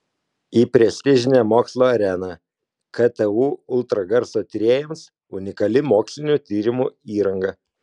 į prestižinę mokslo areną ktu ultragarso tyrėjams unikali mokslinių tyrimų įranga